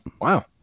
Wow